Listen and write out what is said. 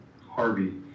Harvey